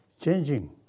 changing